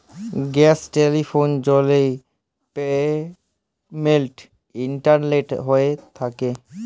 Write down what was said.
gas, telephone, জলের payment internet থ্যকে হয়